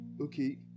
Okay